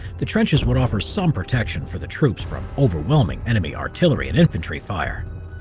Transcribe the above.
the trenches would offer some protection for the troops from overwhelming enemy artillery, and infantry fire.